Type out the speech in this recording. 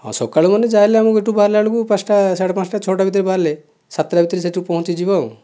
ହଁ ସକାଳ ମାନେ ଯାହା ହେଲେ ଆମକୁ ଏଠୁ ବାହାରିଲା ବେଳକୁ ପାଞ୍ଚଟା ସାଢେ ପାଞ୍ଚଟା ଛ'ଟା ଭିତରେ ବାହାରିଲେ ସାତଟା ଭିତରେ ସେଇଠେ ପହଞ୍ଚିଯିବା ଆଉ